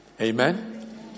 Amen